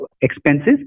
expenses